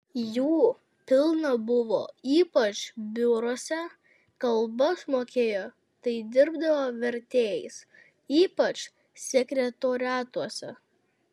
jų pilna buvo ypač biuruose kalbas mokėjo tai dirbdavo vertėjais ypač sekretoriatuose